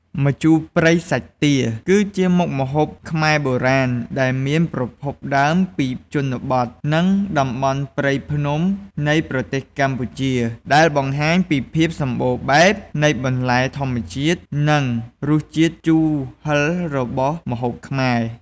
ម្ជូរព្រៃសាច់ទា គឺជាមុខម្ហូបខ្មែរបុរាណ ដែលមានប្រភពដើមពីជនបទ និងតំបន់ព្រៃភ្នំនៃប្រទេសកម្ពុជា ដែលបង្ហាញពីភាពសម្បូរបែបនៃបន្លែធម្មជាតិ និងរសជាតិជូរហឹររបស់ម្ហូបខ្មែរ។